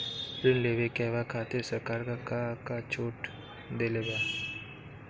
ऋण लेवे कहवा खातिर सरकार का का छूट देले बा?